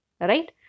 right